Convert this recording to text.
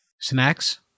Snacks